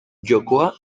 jokoa